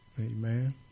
Amen